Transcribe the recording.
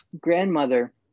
grandmother